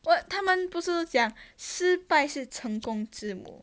不过他们不是讲失败是成功之母